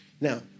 Now